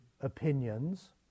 opinions